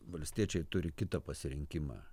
valstiečiai turi kitą pasirinkimą